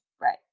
Right